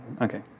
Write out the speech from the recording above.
okay